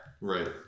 right